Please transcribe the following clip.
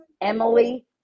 Emily